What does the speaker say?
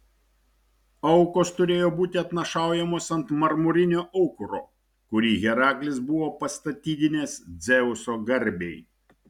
aukos turėjo būti atnašaujamos ant marmurinio aukuro kurį heraklis buvo pastatydinęs dzeuso garbei